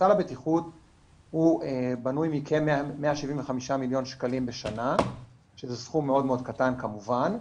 סל הבטיחות בנוי מכ-175 מלש"ח בשנה שזה סכום מאוד קטן כמובן,